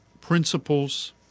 principles